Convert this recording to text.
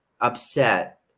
upset